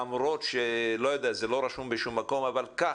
למרות שזה לא רשום בשום מקום, אבל כך.